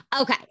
okay